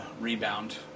rebound